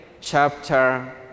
chapter